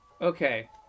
okay